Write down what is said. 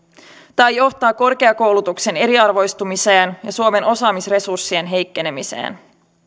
tai se johtaa korkeakoulutuksen eriarvoistumiseen ja suomen osaamisresurssien heikkenemiseen